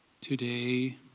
today